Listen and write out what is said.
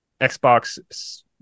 Xbox